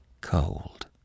cold